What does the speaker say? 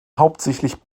hauptsächlich